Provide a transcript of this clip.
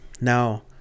now